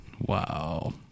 Wow